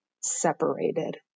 separated